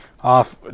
off